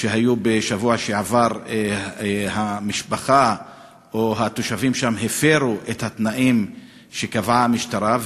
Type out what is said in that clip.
שהיו בשבוע שעבר המשפחה או התושבים שם הפרו את התנאים שקבעה המשטרה.